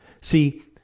See